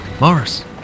Morris